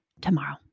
tomorrow